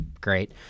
great